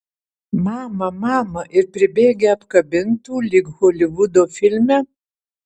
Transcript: mama mama ir pribėgę apkabintų lyg holivudo filme